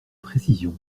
précision